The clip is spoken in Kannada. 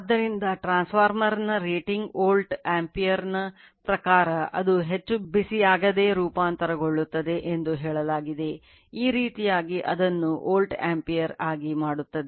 ಆದ್ದರಿಂದ ಟ್ರಾನ್ಸ್ಫಾರ್ಮರ್ನ ರೇಟಿಂಗ್ ವೋಲ್ಟ್ ಆಂಪಿಯರ್ನ ಪ್ರಕಾರ ಅದು ಹೆಚ್ಚು ಬಿಸಿಯಾಗದೆ ರೂಪಾಂತರಗೊಳ್ಳುತ್ತದೆ ಎಂದು ಹೇಳಲಾಗಿದೆ ಈ ರೀತಿಯಾಗಿ ಅದನ್ನು ವೋಲ್ಟ್ ಆಂಪಿಯರ್ ಆಗಿ ಮಾಡುತ್ತದೆ